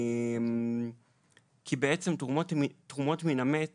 בעצם תרומות מן המת